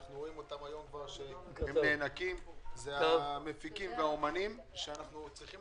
אנחנו רואים שהם היום נאנקים זה המפיקים והאומנים שאנחנו צריכים